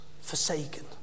forsaken